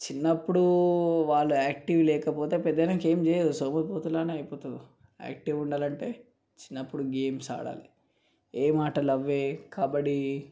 చిన్నప్పుడు వాళ్ళు యాక్టివ్ లేకపోతే వాళ్ళు పెద్దయ్యాక ఏం చేయరు సోమరిపోతుల లాగే అయిపోతారు యాక్టివ్ ఉండాలి అంటే చిన్నపుడు గేమ్స్ ఆడాలి ఏం ఆటలు అవే కబడ్డీ